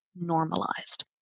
normalized